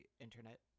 internet